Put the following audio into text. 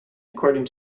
according